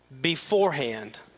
beforehand